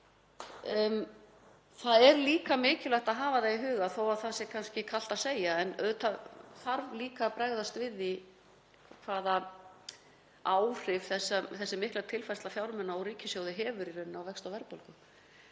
Það er líka mikilvægt að hafa það í huga, þó að það sé kannski kalt að segja, að auðvitað þarf líka að bregðast við því hvaða áhrif þessi mikla tilfærsla fjármuna úr ríkissjóði hefur í rauninni á vexti og verðbólgu.